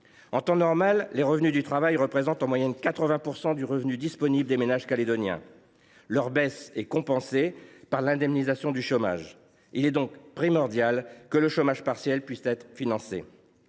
En temps normal, les revenus du travail représentent en moyenne 80 % du revenu disponible des ménages calédoniens. Leur baisse étant compensée par l’indemnisation du chômage, il est primordial que le chômage partiel puisse être financé.